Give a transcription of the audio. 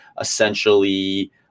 essentially